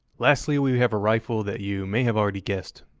lastly, we have a rifle that you may have already guessed,